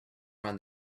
ran